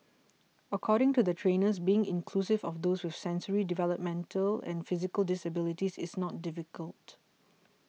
according to the trainers being inclusive of those with sensory developmental and physical disabilities is not difficult